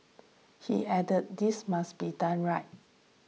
he added this must be done right